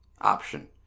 option